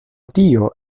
tio